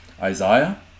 Isaiah